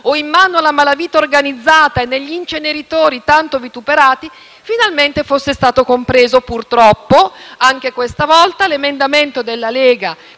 o in mano alla malavita organizzata o negli inceneritori tanto vituperati finalmente fosse stato compreso. Purtroppo, anche questa volta l'emendamento della Lega